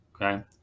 Okay